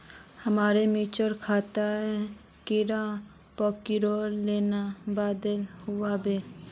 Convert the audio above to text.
हमार मिर्चन खेतोत कीड़ा पकरिले कुन दाबा दुआहोबे?